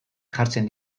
jartzen